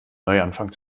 neuanfang